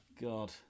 God